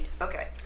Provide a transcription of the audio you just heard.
Okay